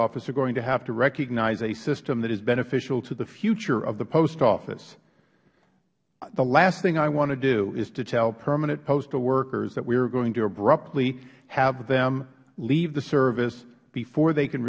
office are going to have to recognize a system that is beneficial to the future of the post office the last thing i want to do is to tell permanent postal workers that we are going to abruptly have them leave the service before they can